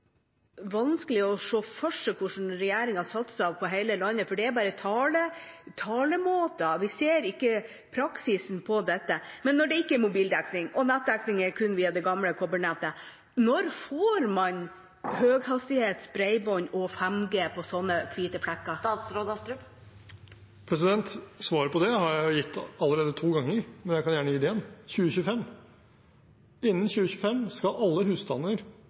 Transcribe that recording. er veldig vanskelig å se for seg hvordan regjeringen satser på hele landet, for det er bare talemåter, vi ser ikke praksisen på dette. Når det ikke er mobildekning og nettet kun er tilgjengelig med det gamle kobbernettet, når får man høyhastighetsbredbånd og 5G på slike hvite flekker? Svaret på det har jeg allerede gitt to ganger, men jeg kan gjerne gi det igjen: 2025. Innen 2025 skal alle husstander